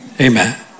Amen